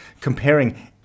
comparing